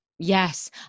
Yes